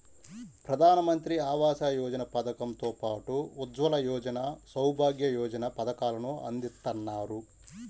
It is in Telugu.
ప్రధానమంత్రి ఆవాస యోజన పథకం తో పాటు ఉజ్వల యోజన, సౌభాగ్య యోజన పథకాలను అందిత్తన్నారు